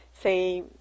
Say